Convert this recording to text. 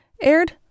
aired